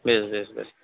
বেশ বেশ বেশ